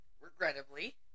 regrettably